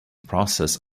process